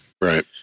Right